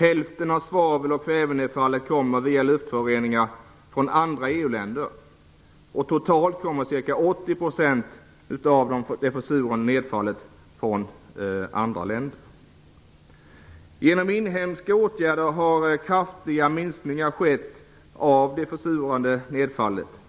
Hälften av svavel och kvävenedfallet kommer via luftföroreningar från andra EU-länder, och totalt kommer ca 80 % av det försurande nedfallet från andra länder. Genom inhemska åtgärder har kraftiga minskningar av det försurande nedfallet skett,